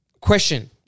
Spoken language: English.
Question